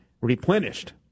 replenished